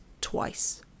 twice